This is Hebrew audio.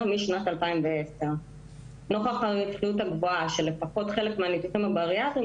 מאז שנת 2010. נוכח הרווחיות הגבוהה של לפחות חלק מהניתוחים הבריאטריים,